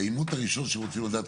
האימות הראשון שרוצים לדעת,